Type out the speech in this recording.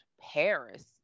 Paris